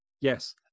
Yes